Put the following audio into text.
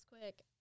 quick